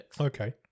Okay